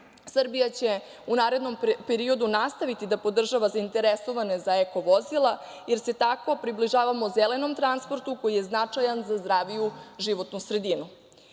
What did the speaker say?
će u narednom periodu nastaviti da podržava zainteresovane za eko vozila, jer se tako približavamo zelenom transportu, koji je značajan za zdraviju životnu sredinu. Ovakvi